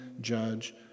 judge